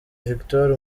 victoire